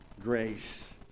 grace